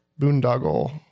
boondoggle